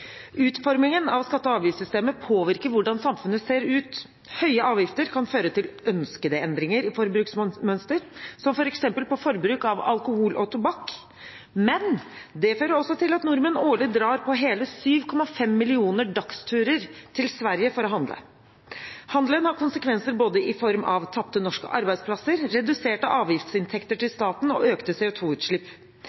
Utformingen av skatte- og avgiftssystemet påvirker hvordan samfunnet ser ut. Høye avgifter kan føre til ønskede endringer i forbruksmønster, som f.eks. når det gjelder forbruk av alkohol og tobakk. Men det fører også til at nordmenn årlig drar på hele 7,5 millioner dagsturer til Sverige for å handle. Handelen har konsekvenser i form av både tapte norske arbeidsplasser, reduserte avgiftsinntekter til staten og økte